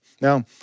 Now